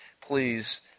please